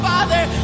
Father